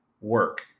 work